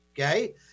okay